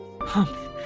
Humph